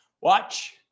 Watch